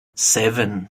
seven